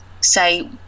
say